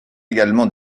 également